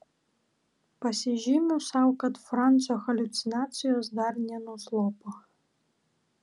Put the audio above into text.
pasižymiu sau kad francio haliucinacijos dar nenuslopo